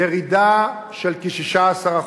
ירידה של כ-16%.